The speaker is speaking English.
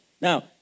Now